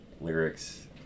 lyrics